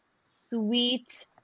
sweet